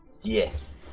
Yes